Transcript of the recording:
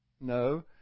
No